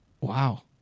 Wow